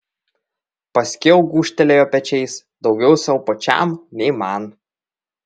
paskiau gūžtelėjo pečiais daugiau sau pačiam nei man